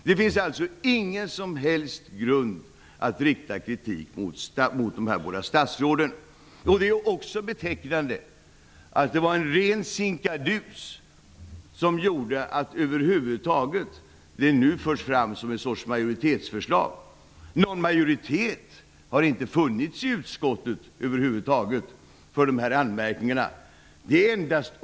Det finns alltså ingen som helst grund för att rikta kritik mot de båda statsråden. Det är också betecknande att det var en ren sinkadus som gjorde att detta nu förs fram som en sorts majoritetsförslag. Någon majoritet för de här anmärkningarna har över huvud taget inte funnits i utskottet.